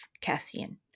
Cassian